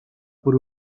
por